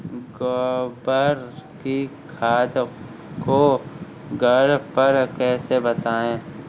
गोबर की खाद को घर पर कैसे बनाएँ?